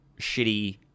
shitty